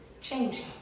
change